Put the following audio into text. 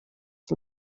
dem